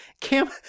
cam